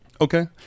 Okay